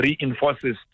reinforces